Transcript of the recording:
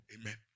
Amen